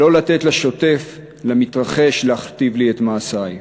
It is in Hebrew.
ולא לתת לשוטף, למתרחש, להכתיב לי את מעשי.